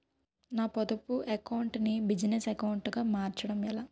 నా పొదుపు అకౌంట్ నీ బిజినెస్ అకౌంట్ గా మార్చడం ఎలా?